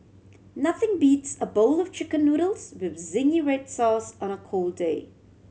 nothing beats a bowl of Chicken Noodles with zingy red sauce on a cold day